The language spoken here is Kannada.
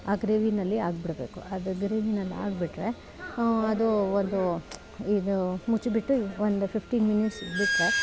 ಆ ಗ್ರೇವಿಯಲ್ಲಿ ಹಾಗ್ಬಿಡ್ಬೇಕು ಅದು ಗ್ರೇವಿಯಲ್ಲಿ ಆಗಿಬಿಟ್ರೆ ಅದೂ ಒಂದು ಇದು ಮುಚ್ಬಿಟ್ಟು ಒಂದು ಫಿಫ್ಟೀನ್ ಮಿನಿಟ್ಸ್ ಬಿಟ್ರೆ